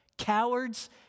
Cowards